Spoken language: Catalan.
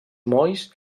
molls